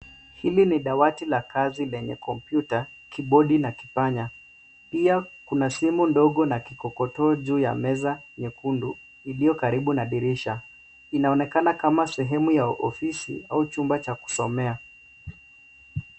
Hili ni dawati la kazi lenye kompyuta, kibodi na kipanya. Pia kuna simu ndogo na kikokotoo juu ya meza nyekundu iliyo karibu na dirisha. Inaonekana kama sehemu ya ofisi au chumba cha kusomea.